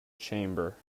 chamber